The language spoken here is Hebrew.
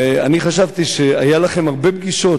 ואני חשבתי שהיו לכם הרבה פגישות,